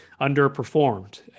underperformed